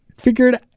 figured